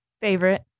favorite